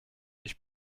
ich